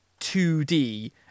2D